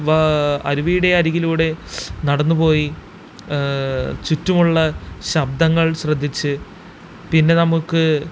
വാ അരുവിയുടെ അരികിലൂടെ നടന്നു പോയി ചുറ്റുമുള്ള ശബ്ദങ്ങൾ ശ്രദ്ധിച്ച് പിന്നെ നമുക്ക്